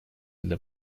для